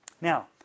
Now